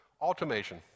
automation